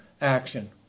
action